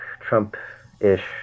Trump-ish